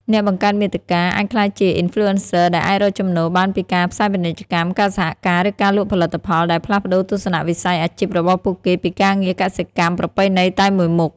អ្នកបង្កើតមាតិកាអាចក្លាយជា អ៊ីនហ្វ្លូអិនសើរ ដែលអាចរកចំណូលបានពីការផ្សាយពាណិជ្ជកម្ម ការសហការ ឬការលក់ផលិតផល ដែលផ្លាស់ប្តូរទស្សនវិស័យអាជីពរបស់ពួកគេពីការងារកសិកម្មប្រពៃណីតែមួយមុខ។